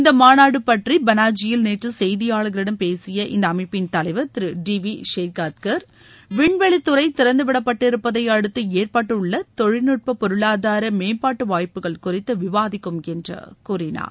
இந்த மாநாடு பற்றி பனாஜியில் நேற்று செய்தியாளா்களிடம் பேசிய இந்த அமைப்பின் தலைவர் திரு டி வி ஷேகாத்கா் விண்வெளித்துறை திறந்துவிடப்பட்டிருப்பதை அடுத்து ஏற்பட்டுள்ள தொழில்நட்ப பொருளாதார மேம்பாட்டு வாய்ப்புகள் குறித்து விவாதிக்கும் என்று கூறினார்